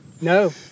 no